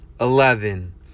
eleven